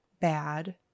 bad